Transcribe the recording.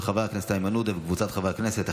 של חבר הכנסת איימן עודה וקבוצת חברי הכנסת,